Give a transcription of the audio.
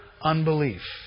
unbelief